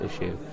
issue